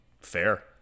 Fair